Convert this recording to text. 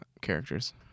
characters